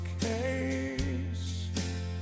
case